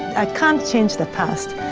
i can't change the past,